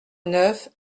neuf